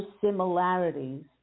similarities